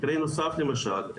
מקרה נוסף למשל,